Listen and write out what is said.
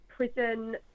Prison